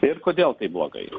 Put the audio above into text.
ir kodėl tai blogai